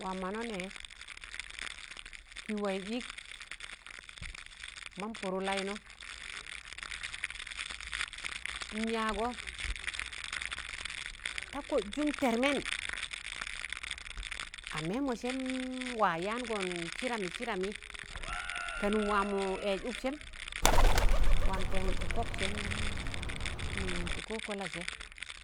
wam mọ na nẹ ki waiz ịk mam pụrụ lainọ, n yaagọ ta kọd jụm tẹrmẹn, amẹmọ sẹm wa yaan gọn sidami sidami, ka nụn wa mọ ẹz ụk sẹm, wam tẹnụgji pọk sẹm nụm kokakolaje